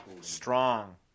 Strong